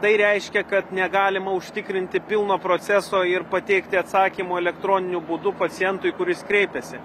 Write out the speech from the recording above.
tai reiškia kad negalima užtikrinti pilno proceso ir pateikti atsakymo elektroniniu būdu pacientui kuris kreipėsi